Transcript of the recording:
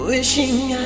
Wishing